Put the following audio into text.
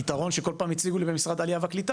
הפתרון שכל פעם הציגו לי במשרד העלייה והקליטה,